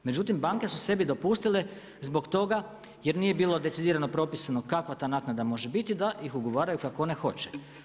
Međutim, banke su sebi dopustile zbog toga jer nije bilo decidirano propisano kako ta naknada može biti da ih ugovaraju kako one hoće.